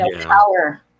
power